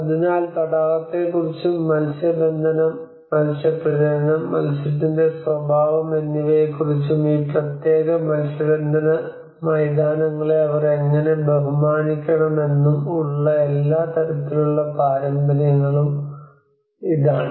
അതിനാൽ തടാകത്തെക്കുറിച്ചും മത്സ്യബന്ധനം മത്സ്യ പ്രജനനം മത്സ്യത്തിന്റെ സ്വഭാവം എന്നിവയെക്കുറിച്ചും ഈ പ്രത്യേക മത്സ്യബന്ധന മൈതാനങ്ങളെ അവർ എങ്ങനെ ബഹുമാനിക്കണമെന്നും ഉള്ള എല്ലാ തരത്തിലുള്ള പാരമ്പര്യങ്ങളും ഇതാണ്